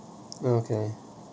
oh okay